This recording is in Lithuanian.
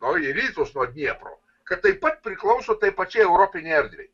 o į rytus nuo dniepro kad taip pat priklauso tai pačiai europinei erdvei